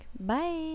Bye